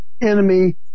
enemy